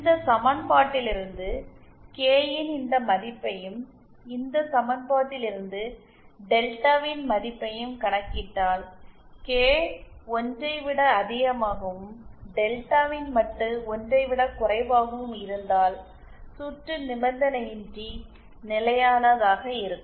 இந்த சமன்பாட்டிலிருந்து கே ன் இந்த மதிப்பையும் இந்த சமன்பாட்டிலிருந்து டெல்டாவின் மதிப்பையும் கணக்கிட்டால் கே 1 ஐ விட அதிகமாகவும் டெல்டாவின் மட்டு 1 ஐ விடக் குறைவாகவும் இருந்தால் சுற்று நிபந்தனையின்றி நிலையானதாக இருக்கும்